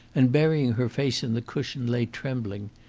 and, burying her face in the cushion, lay trembling.